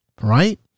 Right